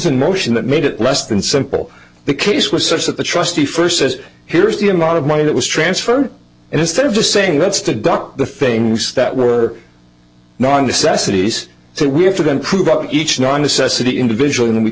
in motion that made it less than simple the case was such that the trustee first says here's the amount of money that was transferred and instead of just saying that's to duck the things that were non necessities so we have to go and prove up each non necessity individual and we